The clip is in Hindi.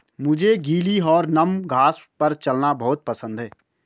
मुझे गीली और नम घास पर चलना बहुत पसंद है